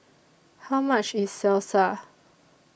How much IS Salsa